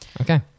okay